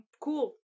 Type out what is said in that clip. cool